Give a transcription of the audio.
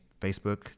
Facebook